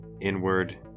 inward